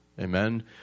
amen